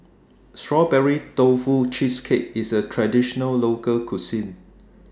Strawberry Tofu Cheesecake IS A Traditional Local Cuisine